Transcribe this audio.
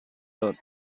داد